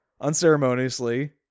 unceremoniously